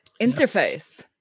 interface